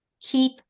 keep